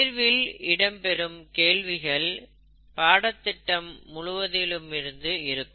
தேர்வில் இடம்பெறும் கேள்விகள் பாடத்திட்டம் முழுவதிலுமிருந்து இருக்கும்